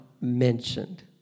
mentioned